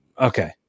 Okay